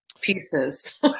pieces